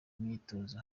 myitozo